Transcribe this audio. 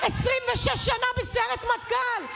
26 שנה בסיירת מטכ"ל,